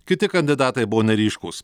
kiti kandidatai buvo neryškūs